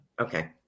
Okay